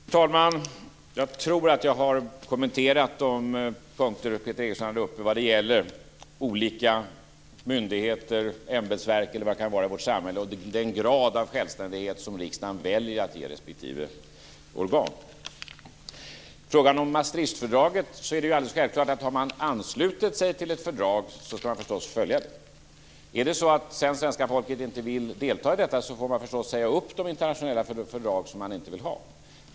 Fru talman! Jag tror att jag har kommenterat de punkter Peter Eriksson tar upp vad gäller olika myndigheter, ämbetsverk eller vad det kan vara i vårt samhälle och den grad av självständighet som riksdagen väljer att ge respektive organ. I fråga om Maastrichtfördraget är det alldeles självklart att har man anslutit sig till ett fördrag skall man förstås följa det. Är det sedan så att svenska folket inte vill delta i detta får man säga upp de internationella fördrag som man inte vill ha.